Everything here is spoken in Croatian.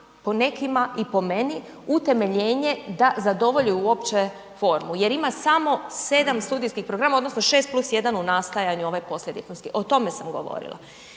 po nekima i po meni, utemeljenje da zadovolje uopće formu jer ima samo 7 studijskih programa odnosno 6 + 1 u nastajanju ovaj poslijediplomski, o tome sam govorila.